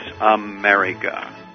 America